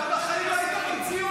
אתה בחיים לא היית במציאות.